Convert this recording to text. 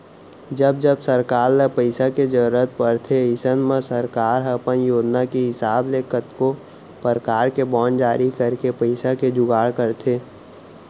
जब जब सरकार ल पइसा के जरूरत परथे अइसन म सरकार ह अपन योजना के हिसाब ले कतको परकार के बांड जारी करके पइसा के जुगाड़ करथे